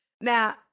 Now